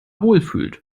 wohlfühlt